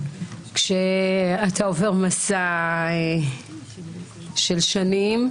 כשאתה עובר מסע של שנים,